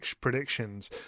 predictions